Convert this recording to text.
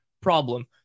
problem